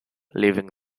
leaving